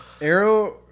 Arrow